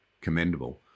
commendable